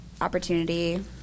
opportunity